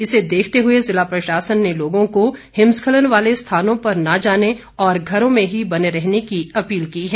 इसे देखते हुए जिला प्रशासन ने लोगों को हिमस्खलन वाले स्थानों पर न जाने और घरों में ही बने रहने की अपील की है